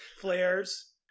flares